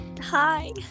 Hi